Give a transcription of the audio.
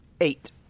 Eight